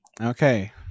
okay